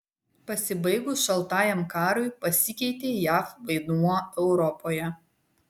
pasibaigus šaltajam karui pasikeitė jav vaidmuo europoje